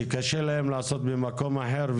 כי קשה להם לעשות במקום אחר?